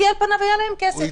כי על פניו היה להם כסף,